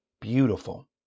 beautiful